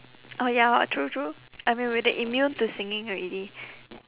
oh ya hor true true I mean we're the immune to singing already